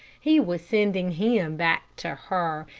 he was sending him back to her,